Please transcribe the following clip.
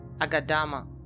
Agadama